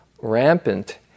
rampant